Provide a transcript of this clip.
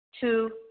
Two